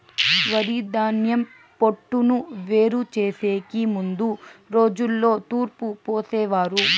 వరిధాన్యం పొట్టును వేరు చేసెకి ముందు రోజుల్లో తూర్పు పోసేవారు